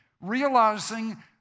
Realizing